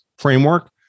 framework